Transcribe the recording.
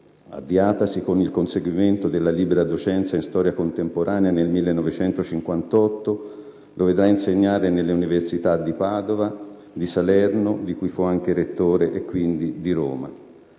avviatasi col conseguimento della libera docenza in Storia contemporanea nel 1958, lo vedrà insegnare nelle università di Padova, di Salerno - di cui fu anche Rettore - e, quindi, di Roma.